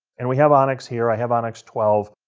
and we have onyx here. i have onyx twelve.